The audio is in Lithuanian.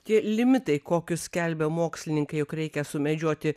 tie limitai kokius skelbia mokslininkai jog reikia sumedžioti